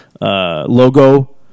logo